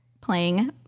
playing